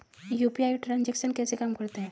UPI transaction कैसे काम करता है?